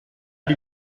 die